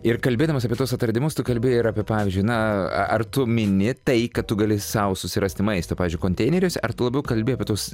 ir kalbėdamas apie tuos atradimus tu kalbi ir apie pavyzdžiui na ar tu mini tai kad tu gali sau susirasti maisto pavyzdžiui konteineriuose ar tu labiau kalbi apie tuos